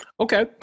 Okay